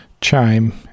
chime